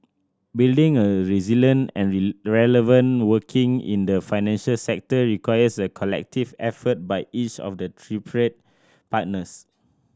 building a resilient and relevant working in the financial sector requires a collective effort by each of the tripartite partners